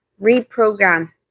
reprogram